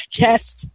test